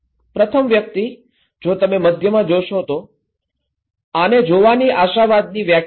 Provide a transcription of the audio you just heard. પ્રથમ વ્યક્તિ જો તમે મધ્યમાં જોશો તો આને જોવાની આશાવાદની વ્યાખ્યા છે